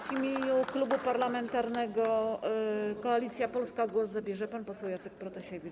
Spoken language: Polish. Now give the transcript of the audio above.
W imieniu Klubu Parlamentarnego Koalicja Polska głos zabierze pan poseł Jacek Protasiewicz.